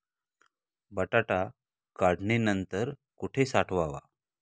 बटाटा काढणी नंतर कुठे साठवावा?